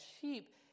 sheep